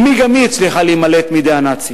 אמי, גם היא הצליחה להימלט מידי הנאצים.